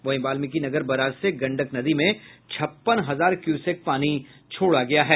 वहीं बाल्मिकीनगर बराज से गंडक नदी में छप्पन हजार क्यूसेक पानी छोड़ा गया है